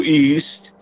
east